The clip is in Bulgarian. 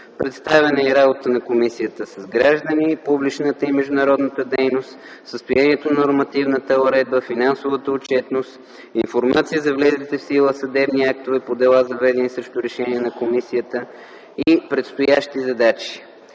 Представена е и работата на комисията с граждани, публичната и международната дейност на комисията, състоянието на нормативната уредба, финансовата отчетност, информация за влезлите в сила съдебни актове по дела, заведени срещу решения на комисията, и предстоящите задачи.